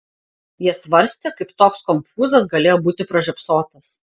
jie svarstė kaip toks konfūzas galėjo būti pražiopsotas